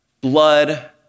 blood